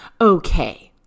Okay